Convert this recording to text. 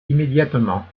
immédiatement